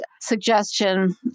suggestion